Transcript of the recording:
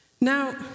Now